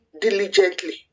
diligently